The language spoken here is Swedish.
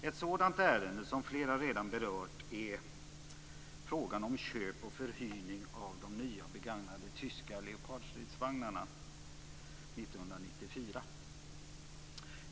Ett sådant ärende, som flera redan berört, är frågan om inköp och förhyrning av de begagnade tyska Leopardstridsvagnarna 1994.